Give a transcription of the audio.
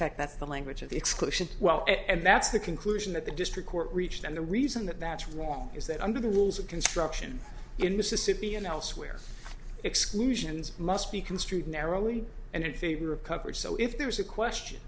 fact that's the language of the exclusion well and that's the conclusion that the district court reached and the reason that that's wrong is that under the rules of construction in mississippi and elsewhere exclusions must be construed narrowly and in favor of coverage so if there is a question